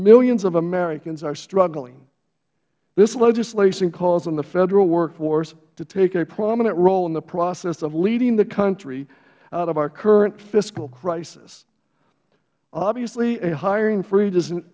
millions of americans are struggling this legislation calls on the federal workforce to take a prominent role in the process of leading the country out of our current fiscal crisis obviously a hiring freeze i